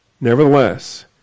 Nevertheless